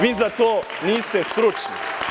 Vi za to niste stručni.